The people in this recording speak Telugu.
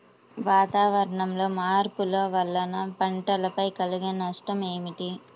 వాతావరణంలో మార్పుల వలన పంటలపై కలిగే నష్టం ఏమిటీ?